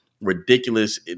ridiculous